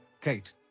Kate